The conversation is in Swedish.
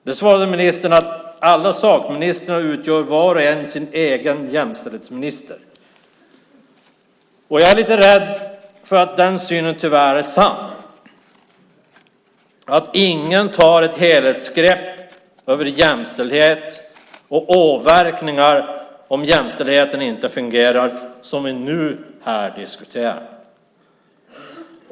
Hon svarade att alla sakministrar var och en för sig utgör sin egen jämställdhetsminister. Jag är lite rädd för att den synen tyvärr är sann. Ingen tar ett helhetsgrepp över jämställdhet och åtgärder om jämställdheten inte fungerar.